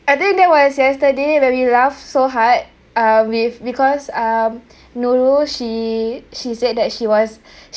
I think that was yesterday when we laugh so hard um with because um nurul she she said that she was